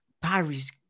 Paris